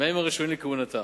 הראשונים לכהונתה.